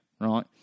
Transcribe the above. right